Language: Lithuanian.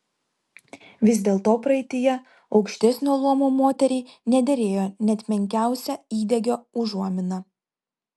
vis dėlto praeityje aukštesnio luomo moteriai nederėjo net menkiausia įdegio užuomina